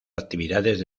actividades